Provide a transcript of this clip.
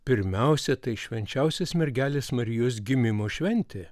pirmiausia tai švenčiausios mergelės marijos gimimo šventė